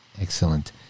Excellent